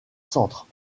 centre